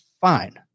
fine